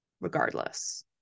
regardless